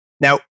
Now